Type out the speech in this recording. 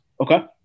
Okay